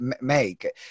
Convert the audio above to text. make